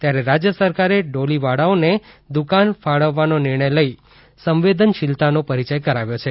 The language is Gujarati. ત્યારે રાજ્ય સરકારે ડોલીવાળાઓને દુકાન ફાળવવાનો નિર્ણય લઇને સંવેદનશીલતાનો પરિચય કરાવ્યો છે